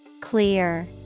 Clear